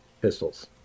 pistols